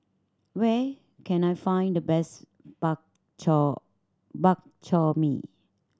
where can I find the best bak chor Bak Chor Mee